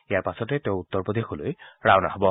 ইয়াৰ পাছতে তেওঁ উত্তৰ প্ৰদেশলৈ ৰাওনা হ'ব